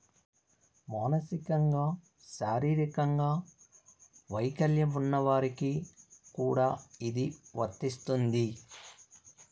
మానసికంగా శారీరకంగా వైకల్యం ఉన్న వారికి కూడా ఇది వర్తిస్తుంది